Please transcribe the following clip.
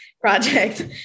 project